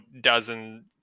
dozen